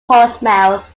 portsmouth